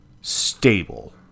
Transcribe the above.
stable